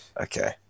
Okay